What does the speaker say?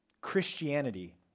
Christianity